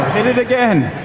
it again,